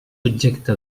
objecte